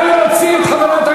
רבותי, אני אוציא אתכם.